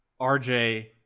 RJ